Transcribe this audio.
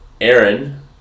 Aaron